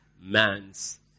man's